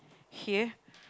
here